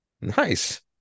Nice